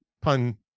pun